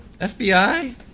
FBI